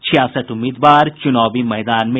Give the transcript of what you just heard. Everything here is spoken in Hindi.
छियासठ उम्मीदवार चुनावी मैदान में